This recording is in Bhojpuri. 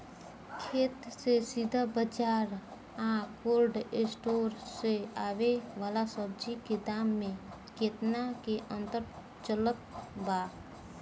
खेत से सीधा बाज़ार आ कोल्ड स्टोर से आवे वाला सब्जी के दाम में केतना के अंतर चलत बा?